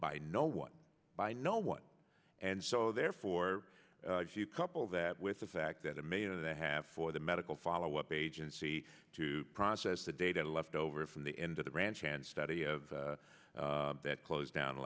by no one by no one and so therefore if you couple that with the fact that a million and a half for the medical follow up agency to process the data left over from the end of the ranch and study of that closed down